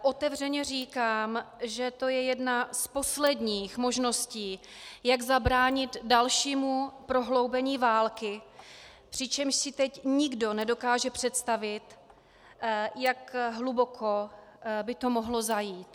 Otevřeně říkám, že to je jedna z posledních možností, jak zabránit dalšímu prohloubení války, přičemž si teď nikdo nedokáže představit, jak hluboko by to mohlo zajít.